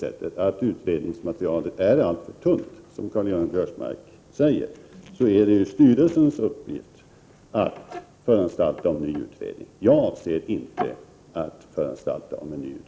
Är utredningsmaterialet alltför tunt, som Karl-Göran Biörsmark säger, är det styrelsens uppgift att föranstalta om en ny utredning. Jag avser inte att göra det.